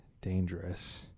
dangerous